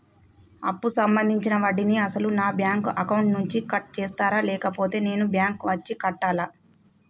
అప్పు సంబంధించిన వడ్డీని అసలు నా బ్యాంక్ అకౌంట్ నుంచి కట్ చేస్తారా లేకపోతే నేను బ్యాంకు వచ్చి కట్టాలా?